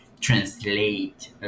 translate